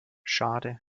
schade